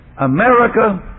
America